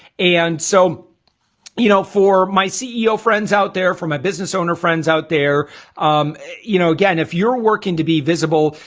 and so you know for my ceo friends out there for my biz, and so no and friends out there you know again if you're working to be visible,